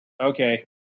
Okay